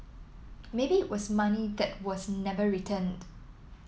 maybe it was money that was never returned